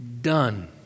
done